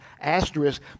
asterisk